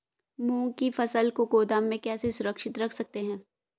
मूंग की फसल को गोदाम में कैसे सुरक्षित रख सकते हैं?